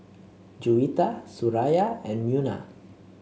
Juwita Suraya and Munah